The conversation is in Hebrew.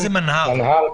אז מנה"ר,